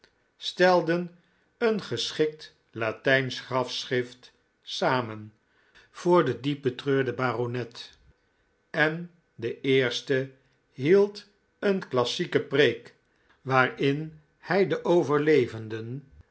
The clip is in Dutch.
stelden een geschikt latijnsch grafschrift samen voor den diep betreurden baronet en de eerste hield een klassieke preek waarin hij de overlevenden